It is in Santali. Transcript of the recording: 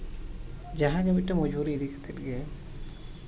ᱡᱟᱦᱟᱸ ᱜᱮ ᱢᱤᱫᱴᱟᱱ ᱢᱩᱡᱩᱨᱤ ᱤᱫᱤ ᱠᱟᱛᱮᱫ ᱜᱮ